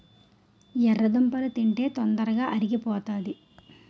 ఎర్రదుంపలు తింటే తొందరగా అరిగిపోతాది